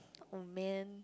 oh man